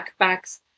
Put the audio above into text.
backpacks